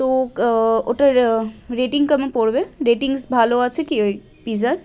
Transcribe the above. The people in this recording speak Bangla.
তো ওটার রেটিং কেমন পড়বে রেটিংস ভালো আছে কি ওই পিজার